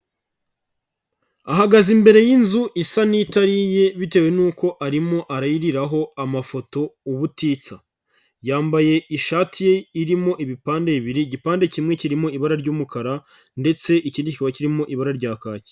Ahagaze imbere y'inzu isa n'itari iye bitewe nuko arimo arayiriraho amafoto ubutitsa, yambaye ishati ye irimo ibipande bibiri igipande kimwe kirimo ibara ry'umukara ndetse ikindi kikaba kirimo ibara rya kaki.